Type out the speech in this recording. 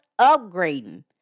upgrading